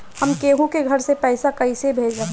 हम केहु के घर से पैसा कैइसे भेजम?